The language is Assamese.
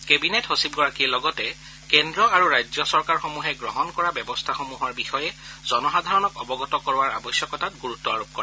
কেবিনেট সচিব গৰাকীয়ে লগতে কেন্দ্ৰ আৰু ৰাজ্য চৰকাৰসমূহে গ্ৰহণ কৰা ব্যৱস্থাসমূহৰ বিষয়ে জনসাধাৰণক অৱগত কৰোৱাৰ আৱশ্যকতাত গুৰুত্ব আৰোপ কৰে